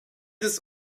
des